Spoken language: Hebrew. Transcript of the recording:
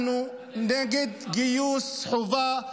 אנחנו נגד גיוס חובה.